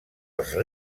als